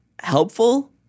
helpful